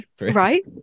right